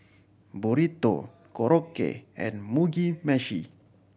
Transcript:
Burrito Korokke and Mugi Meshi